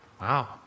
Wow